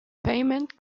payment